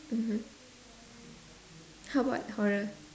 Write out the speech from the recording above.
mmhmm how about horror